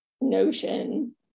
notion